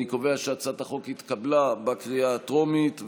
אני קובע שהצעת החוק התקבלה בקריאה הטרומית.